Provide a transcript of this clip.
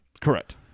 Correct